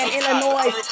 Illinois